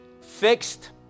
fixed